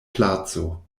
placo